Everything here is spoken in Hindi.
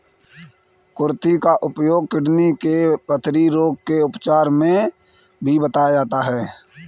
कुर्थी का उपयोग किडनी के पथरी रोग के उपचार में भी बताया जाता है